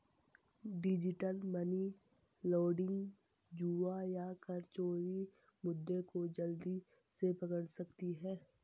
digital money laundering, जुआ या कर चोरी मुद्दे को जल्दी से पकड़ सकती है